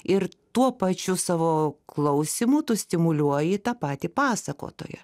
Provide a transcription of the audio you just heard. ir tuo pačiu savo klausimu tu stimuliuoji tą patį pasakotoją